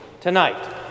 tonight